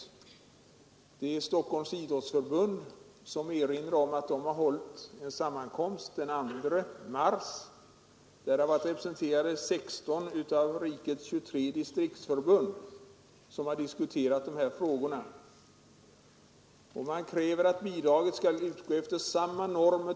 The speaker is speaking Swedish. I den erinrar Stockholms idrottsförbund om att förbundet höll en sammankomst den 2 mars, där 16 av rikets 23 distriktsförbund var representerade. Man diskuterade de här i dag aktuella frågorna.